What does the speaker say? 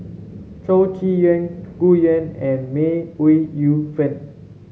Chow Chee Yong Gu Juan and May Ooi Yu Fen